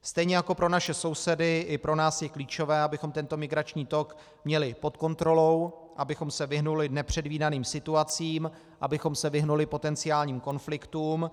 Stejně jako pro naše sousedy, i pro nás je klíčové, abychom tento migrační tok měli pod kontrolou, abychom se vyhnuli nepředvídaným situacím, abychom se vyhnuli potenciálním konfliktům.